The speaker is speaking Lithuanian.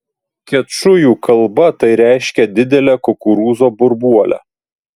kečujų kalba tai reiškia didelę kukurūzo burbuolę